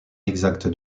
exacte